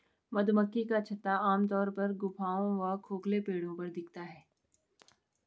मधुमक्खी का छत्ता आमतौर पर गुफाओं व खोखले पेड़ों पर दिखता है